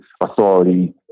Authority